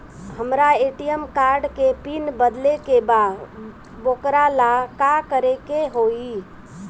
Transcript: हमरा ATM card के pin बदले के बा वोकरा ला का करे के होई?